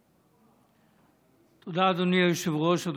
תודה, אדוני היושב-ראש.